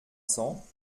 cents